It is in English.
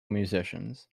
musicians